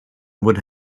would